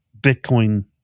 Bitcoin